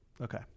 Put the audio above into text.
Okay